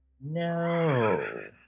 No